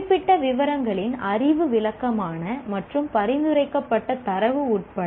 குறிப்பிட்ட விவரங்களின் அறிவு விளக்கமான மற்றும் பரிந்துரைக்கப்பட்ட தரவு உட்பட